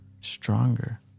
stronger